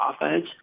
offense